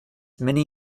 many